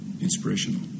inspirational